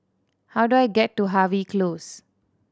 how do I get to Harvey Close